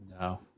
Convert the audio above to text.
No